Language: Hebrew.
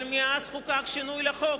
אבל מאז חוקק שינוי החוק,